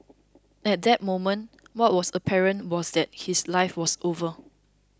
at that moment what was apparent was that his life was over